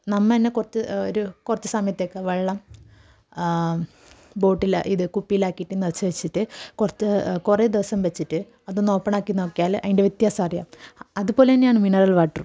നമ്മൾ തന്നെ കുറച്ച് ഒരു കുറച്ചു സമയത്തേക്ക് വെള്ളം ബോട്ടിൽ ഇത് കുപ്പിയിലാക്കിയിട്ട് നിറച്ചു വെച്ചിട്ട് കുറച്ച് കുറേ ദിവസം വെച്ചിട്ട് അതൊന്ന് ഓപ്പണാക്കി നോക്കിയാൽ അതിൻ്റെ വ്യത്യാസമറിയാം അതുപോലെ തന്നെയാണ് മിനറൽ വാട്ടറും